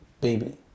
baby